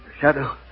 Shadow